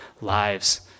lives